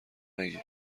نگیر